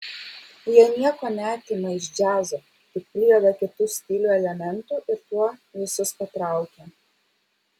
jie nieko neatima iš džiazo tik prideda kitų stilių elementų ir tuo visus patraukia